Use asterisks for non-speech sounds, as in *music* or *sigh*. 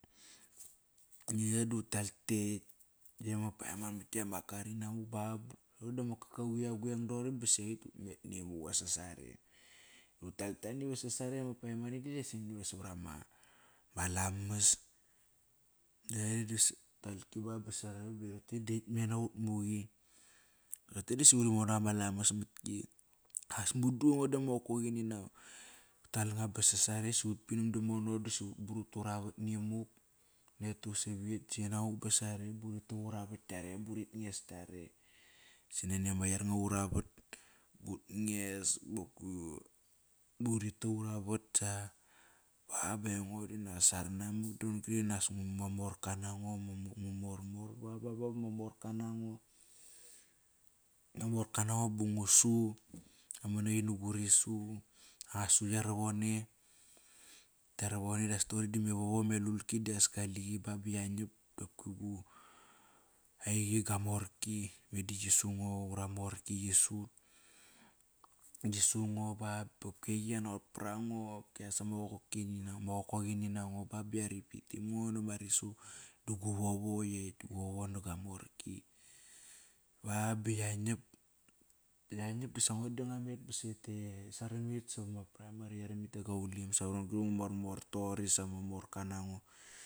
Mani qari da utal ktekt ama paiaman mat ktet ama kar inamuk ba. *unintelligible* Mar dama kakauqi ya guveng doqori basaqi utmet nimuk iva sasare. Utal ktiani va sasare ama paiamanini *unintelligible* savarama lamas *unintelligible* roqote da etmena utmuqi. Rote disi uri monak ama lamas matki. As mudu ngo dama qokoqini nango. Uri tal nga ba sasare sut pinom dam mono. Dosi ut brutu ravat nimuk Nete usavit si namuk ba sare ba uri tak ura vat ktiare buri nges ktiare. Si nani ama yar nga ura vat. Ut nges *unintelligible* ba uri tak ura vat sa. Ba ba aingo da saronamak don gri naksa ma morka nango. *unintelligible* Morka nango ba ngu su. Ngu man naqi na gu risu. Ngua su yaro vone. Tkia ravone das toqori dime vovo me lulki dias kaliqi ba ba yanap. *unintelligible* Eiqi gua morki. Medas qisu ngo Ura morki qisut. Qi sunga ba, kopki eiqi yatnaqot par ango. *unintelligible* ma qoqokini nango ba ba ya ripitim ngo nama risu da gu vovo ekt. Vovo na gua morki. Ba ba yanap. Yanap da sa ngo da ngua met ba sete, sara mit savama primary Yarimit e Gaulim. *unintelligible* Sama morka nango.